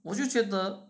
我就觉得